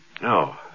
No